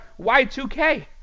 Y2K